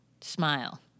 Smile